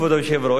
כבוד היושב-ראש,